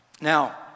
now